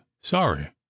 sorry